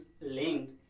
link